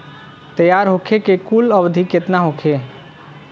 तैयार होखे के कुल अवधि केतना होखे?